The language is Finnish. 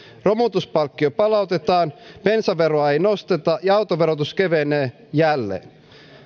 romutuspalkkio palautetaan bensaveroa ei nosteta ja autoverotus kevenee jälleen